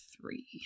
three